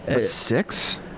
six